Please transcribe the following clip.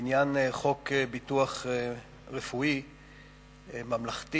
לעניין חוק ביטוח רפואי ממלכתי,